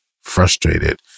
frustrated